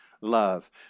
love